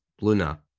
luna